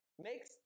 makes